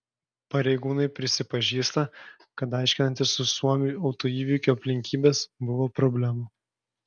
pareigūnai prisipažįsta kad aiškinantis su suomiu autoįvykio aplinkybes buvo problemų